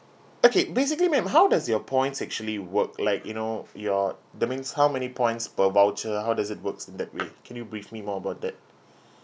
okay basically ma'am how does your points actually work like you know your that means how many points per voucher how does it works in that way can you brief me more about that